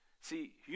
See